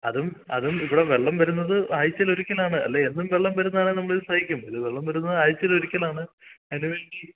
അതും അതും ഇവിടെ വെള്ളം വരുന്നത് ആഴച്ചയിലൊരിക്കലാണ് അല്ല എന്നും വെള്ളം വരുന്നതാണേൽ നമ്മളിത് സഹിക്കും ഇത് വെള്ളം വരുന്നത് ആഴ്ചയിൽ ഒരിക്കലാണ് അതിന് വേണ്ടി